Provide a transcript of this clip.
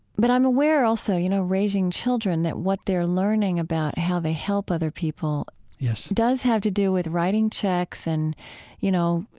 but i'm aware also, you know, raising children, that what they're learning about how they help other people does have to do with writing checks and you know,